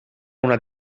una